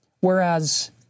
whereas